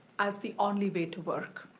as the only way to work.